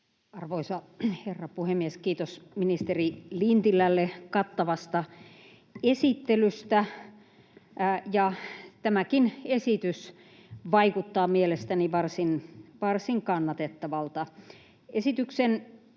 Arvoisa herra puhemies! Kiitos ministeri Lintilälle kattavasta esittelystä. Tämäkin esitys vaikuttaa mielestäni varsin kannatettavalta. Esityksen